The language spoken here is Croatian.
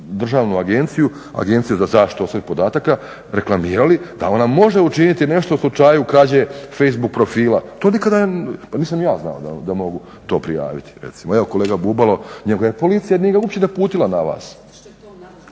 državnu Agenciju za zaštitu osobnih podataka reklamirali da ona može učiniti nešto u slučaju krađe Facebook profila. Pa nisam ja znao da mogu to prijaviti. Evo kolega Bubalo njega policija nije uopće uputila na vas.